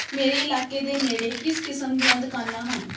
ਮੇਰੇ ਇਲਾਕੇ ਦੇ ਨੇੜੇ ਕਿਸ ਕਿਸਮ ਦੀਆਂ ਦੁਕਾਨਾਂ ਹਨ